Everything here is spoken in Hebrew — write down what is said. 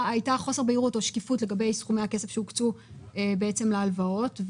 שהייתה חוסר בהירות או שקיפות לגבי סכומי הכסף שהוקצו בעצם להלוואות,